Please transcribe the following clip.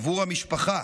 עבור המשפחה,